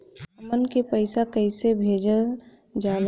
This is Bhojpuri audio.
हमन के पईसा कइसे भेजल जाला?